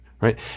right